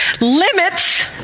Limits